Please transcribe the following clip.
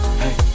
hey